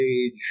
age